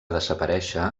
desaparèixer